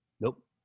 Nope